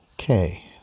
Okay